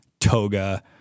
toga